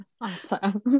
Awesome